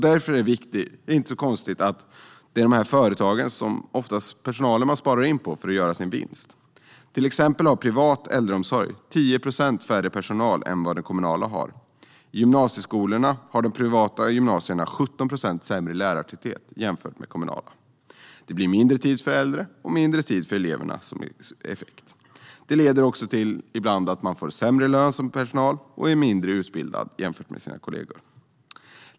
Därför är det inte konstigt att det oftast är personalen företagen sparar in på för att göra sin vinst. Till exempel har privat äldreomsorg 10 procent färre i personalen än vad den kommunala har. I gymnasieskolorna har de privata gymnasierna 17 procent lägre lärartäthet än de kommunala. Det blir mindre tid för de äldre och mindre tid för eleverna som effekt. Det leder ibland också till att personalen får sämre lön och är mindre utbildad jämfört med sina kollegor.